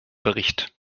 bericht